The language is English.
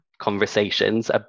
conversations